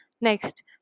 Next